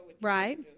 Right